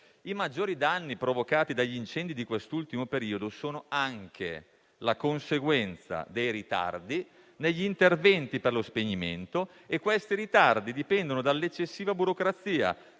I maggiori danni provocati dagli incendi di quest'ultimo periodo sono anche la conseguenza dei ritardi negli interventi per lo spegnimento. Questi ritardi dipendono dall'eccessiva burocrazia,